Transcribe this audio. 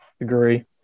agree